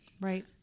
Right